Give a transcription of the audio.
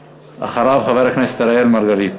ואחריו, חבר הכנסת אראל מרגלית.